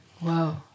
Wow